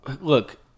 look